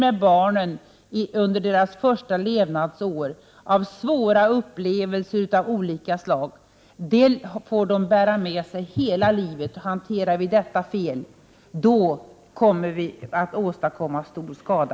Men barnen måste tillmätas oerhört stor betydelse. Svåra upplevelser av olika slag från barnens första levnadsår får barnen bära på hela livet. Hanterar vi denna fråga fel, kommer vi alltså att åstadkomma stor skada.